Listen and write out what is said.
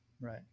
right